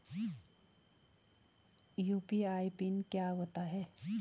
UPI PIN क्या होता है?